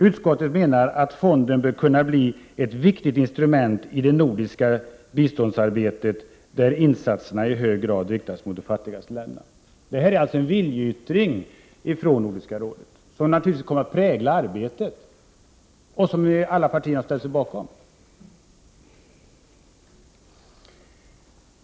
Utskottet menar att fonden bör kunna bli ett viktigt instrument i det nordiska biståndsarbetet, där insatserna i hög grad riktas mot de fattigaste länderna ——-=.” Detta är alltså en viljeyttring från Nordiska rådet som naturligtvis kommer att prägla arbetet och som alla partier har ställt sig bakom.